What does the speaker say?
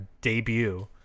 debut